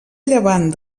llevant